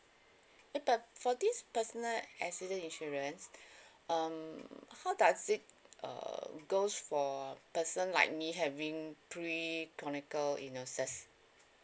eh but for this personal accident insurance um how does it err goes for person like me having pre-chronical illnesses